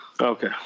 Okay